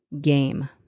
game